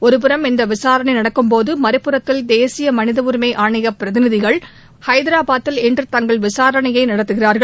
ஒருபுறம் இந்த விசாரணை நடக்கும்போதே மறுபுறத்தில் தேசிய மனித உரிமை ஆணைய பிரதிநிதிகள் ஐதராபாதில் இன்று தங்கள் விசாரணையை நடத்துகிறார்கள்